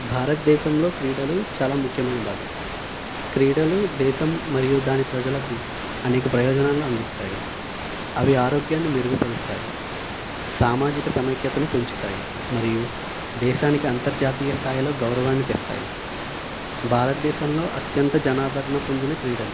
భారతదేశంలో క్రీడలు చాలా ముఖ్యమైన భాగం క్రీడలు దేశం మరియు దాని ప్రజలకు అనేక ప్రయోజనాలను అందిస్తాయి అవి ఆరోగ్యాన్ని మెరుగుపరుస్తాయి సామాజిక సమైక్యతను పెంచుతాయి మరియు దేశానికి అంతర్జాతీయ స్థాయిలో గౌరవాన్ని తెస్తాయి భారతదేశంలో అత్యంత జనాదరణ పొందిన క్రీడలు